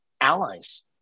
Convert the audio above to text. Allies